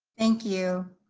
thank you.